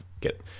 get